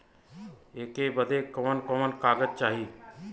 ऐकर बदे कवन कवन कागज चाही?